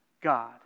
God